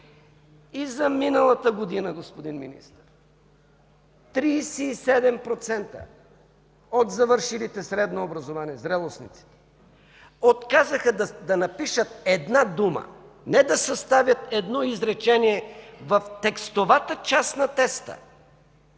И за миналата година, господин Министър, 37% от завършилите средно образование зрелостници отказаха да напишат една дума, не да съставят едно изречение в текстовата част на теста.